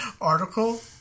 article